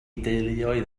deuluoedd